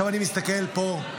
עכשיו אני מסתכל פה,